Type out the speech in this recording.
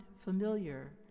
familiar